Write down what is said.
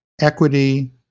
equity